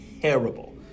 Terrible